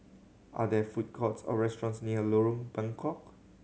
are there food courts or restaurants near Lorong Bengkok